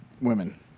women